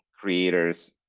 creators